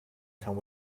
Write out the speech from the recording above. come